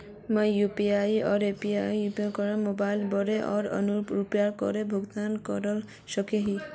मुई यू.पी.आई एपेर उपयोग करे मोबाइल बिल आर अन्य उपयोगिता बिलेर भुगतान करवा सको ही